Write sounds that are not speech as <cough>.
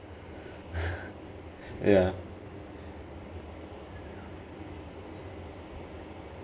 <breath> ya